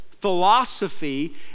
Philosophy